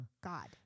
God